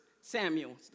Samuel